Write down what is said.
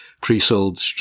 pre-sold